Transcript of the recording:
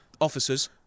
officers